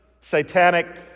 satanic